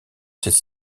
ses